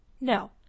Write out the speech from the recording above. No